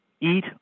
eat